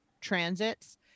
transits